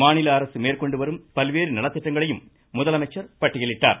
மாநில மேற்கொண்டுவரும் பல்வேறு நலத்திட்டங்களையும் முதலமைச்சர் பட்டியலிட்டார்